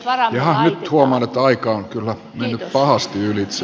nyt huomaan että aika on kyllä mennyt pahasti ylitse